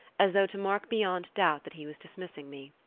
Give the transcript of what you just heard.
as though to mark beyond doubt that he was dismissing me.